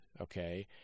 okay